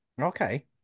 Okay